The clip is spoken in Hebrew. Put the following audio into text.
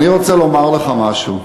אני רוצה לומר לך משהו.